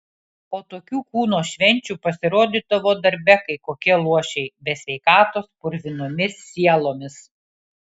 po tokių kūno švenčių pasirodydavo darbe kaip kokie luošiai be sveikatos purvinomis sielomis